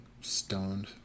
stoned